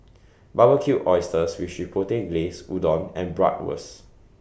Barbecued Oysters with Chipotle Glaze Udon and Bratwurst